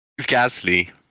Gasly